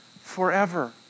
forever